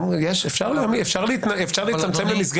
אפשר לצמצם במסגרת הזמנים.